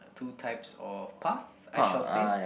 two types of path I shall say